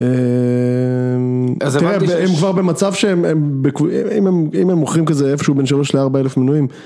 הם כבר במצב שהם... אם הם מוכרים, כזה, איפשהו בין שלוש לארבע אלף מנויים.